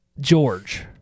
George